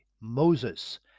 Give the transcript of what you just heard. Moses